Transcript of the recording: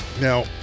Now